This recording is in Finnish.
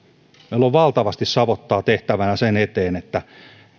meillä on valtavasti savottaa tehtävänä sen eteen että